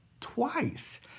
twice